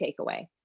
takeaway